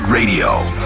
Radio